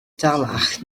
dalach